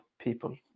people